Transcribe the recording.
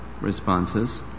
responses